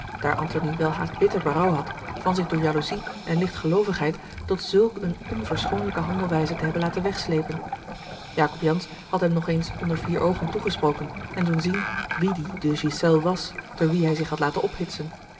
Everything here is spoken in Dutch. daar antony welhaast bitter berouw had van zich door jaloezie en lichtgeloovigheid tot zulk eene onverschoonlijke handelwijze te hebben laten wegsleepen jacob jansz had hem nog eens onder vier oogen toegesproken en doen zien wie die de ghiselles was door wien hij zich had laten ophitsen